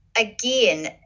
again